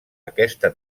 aquesta